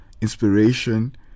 inspiration